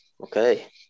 okay